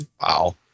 Wow